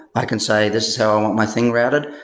i can say, this is how i want my thing routed,